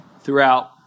throughout